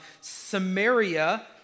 Samaria